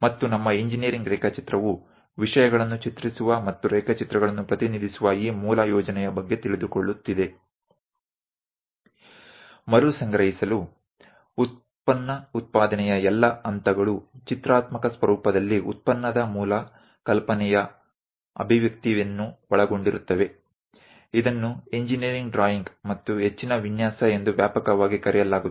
અને engineering drawing એ વસ્તુઓ દોરવાની અને દર્શાવવાની મૂળભૂત રીત વિશે જાણકારી આપી રહી છે ફરીથી સમજતા ઉત્પાદનના તમામ તબક્કાઓ ઉત્પાદનને ગ્રાફિકલ ફોર્મેટમાં એન્જિનિયરિંગ ડ્રોઈંગ સ્વરુપમા રજુ કરવાની અભિવ્યક્તિને શામેલ કરે છે જેને એન્જિનિયરિંગ ઇજનેરી ડ્રોઇંગ અને આગળની ડિઝાઇન તરીકે વ્યાપકપણે ઓળખવામાં આવે છે